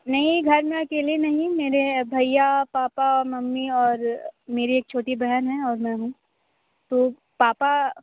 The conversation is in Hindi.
नहीं घर में अकेले नहीं मेरे भैया पापा मम्मी और मेरी एक छोटी बहन है और मैं हूँ तो पापा